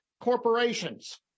corporations